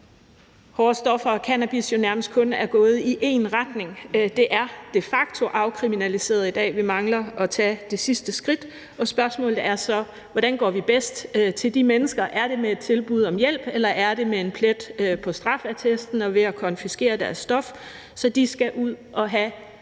hårde stoffer og cannabis jo nærmest kun er gået i én retning. Det er de facto afkriminaliseret i dag. Vi mangler at tage det sidste skridt. Og spørgsmålet er så, hvordan vi bedst går til de mennesker – er det med et tilbud om hjælp, eller er det med en plet på straffeattesten og ved at konfiskere deres stof, så de skal ud og have penge til